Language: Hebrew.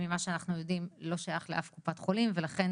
ממה שאנחנו יודעים לא שייך לאף קופת חולים ולכן